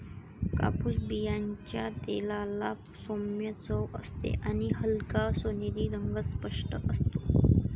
कापूस बियांच्या तेलाला सौम्य चव असते आणि हलका सोनेरी रंग स्पष्ट असतो